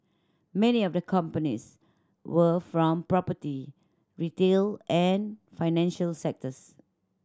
many of the companies were from property retail and financial sectors